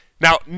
Now